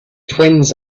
twins